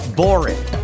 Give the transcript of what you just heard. boring